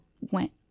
went